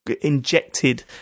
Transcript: injected